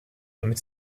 damit